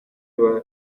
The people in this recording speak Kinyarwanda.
umwe